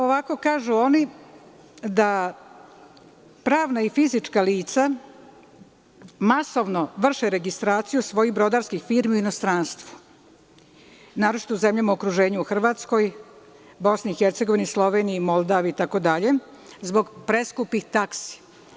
Ovako kažu oni da pravna i fizička lica masovno vrše registraciju svojih brodarskih firmi u inostranstvu, naročito u zemljama u okruženju, u Hrvatskoj, BiH, Sloveniji, Moldaviji itd, zbog preskupih taksi.